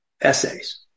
essays